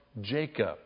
Jacob